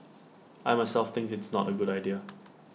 I myself think it's not A good idea